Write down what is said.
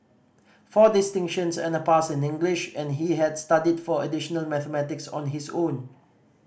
four distinctions and a pass in English and he had studied for additional mathematics on his own